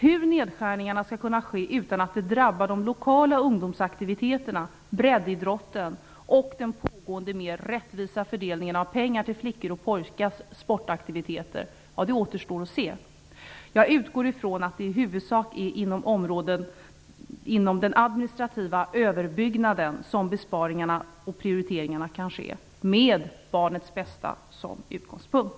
Hur nedskärningarna skall kunna ske utan att det drabbar de lokala ungdomsaktiviteterna, breddidrotten och den pågående mer rättvisa fördelningen av pengar till flickors och pojkars sportaktiviteter, återstår att se. Jag utgår från att det i huvudsak är inom den administrativa överbyggnaden som besparingarna och prioriteringarna kan ske, med barnets bästa som utgångspunkt.